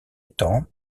temps